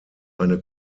eine